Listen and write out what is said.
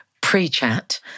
pre-chat